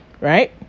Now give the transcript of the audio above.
Right